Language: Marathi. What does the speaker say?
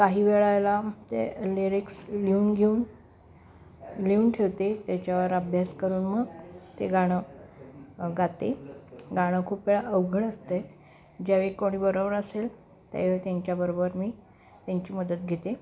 काही वेळेला ते लिरिक्स लिहून घेऊन लिहून ठेवते त्याच्यावर अभ्यास करून मग ते गाणं गाते गाणं खूप वेळा अवघड असते ज्यावेळी कोणी बरोबर असेल त्यावेळी त्यांच्याबरोबर मी त्यांची मदत घेते